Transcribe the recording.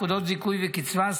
נקודות זיכוי וקצבה,